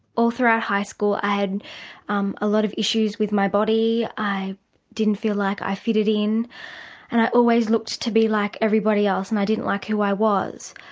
all through ah high school i had um a lot of issues with my body, i didn't feel like i fitted in and i always wanted to be like everybody else and i didn't like who i was.